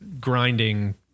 grinding